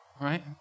right